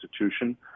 institution